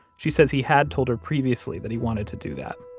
she says he had told her previously that he wanted to do that,